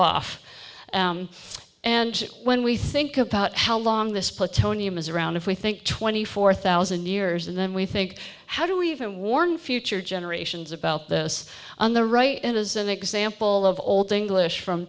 off and when we think about how long this plateauing humans around if we think twenty four thousand years and then we think how do we even warn future generations about this on the right and as an example of old english from